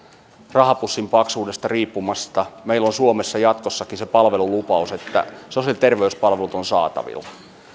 rahapussin paksuudesta riippumatta meillä on suomessa jatkossakin se palvelulupaus että sosiaali ja terveyspalvelut ovat saatavilla